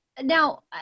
Now